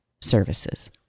services